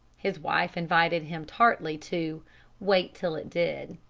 his wife invited him tartly to wait till it did.